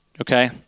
okay